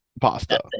pasta